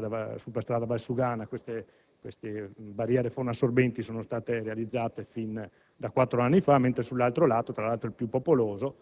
della superstrada Valsugana queste barriere fonoassorbenti sono state realizzate fin da quattro anni fa, mentre sull'altro lato, tra l'altro il più popoloso,